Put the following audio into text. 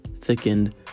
thickened